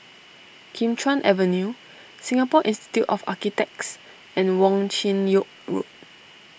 Kim Chuan Avenue Singapore Institute of Architects and Wong Chin Yoke Road